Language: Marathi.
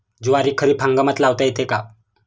ज्वारी खरीप हंगामात लावता येते का?